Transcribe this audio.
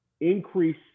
increase